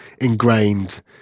ingrained